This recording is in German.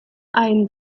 einen